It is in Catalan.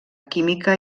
química